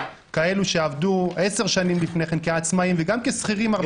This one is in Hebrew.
כאלה שעבדו עשר שנים לפני כן כעצמאים וגם כשכירים.